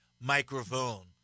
microphone